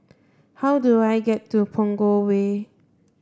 how do I get to Punggol Way